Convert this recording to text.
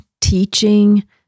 teaching